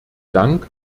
dank